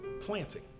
planting